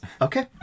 Okay